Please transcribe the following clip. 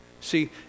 See